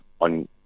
on